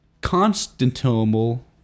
Constantinople